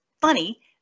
Funny